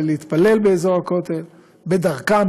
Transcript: להתפלל באזור הכותל בדרכם,